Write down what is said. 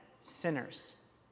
sinners